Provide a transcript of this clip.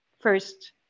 first